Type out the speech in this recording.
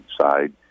side